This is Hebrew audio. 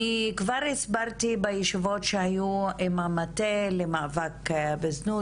אני כבר הסברתי בישיבות שהיו עם המטה למאבק בזנות